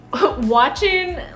watching